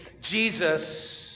Jesus